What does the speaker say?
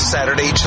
Saturday